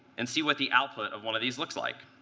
and see what the output of one of these looks like.